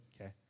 okay